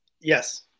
yes